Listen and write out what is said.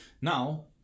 Now